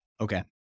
Okay